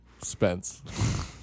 Spence